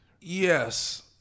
yes